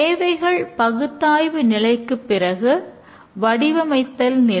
தேவைகள் பகுத்தாய்வு நிலைக்குப் பிறகு வடிவமைத்தல் நிலை